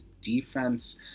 defense